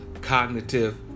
cognitive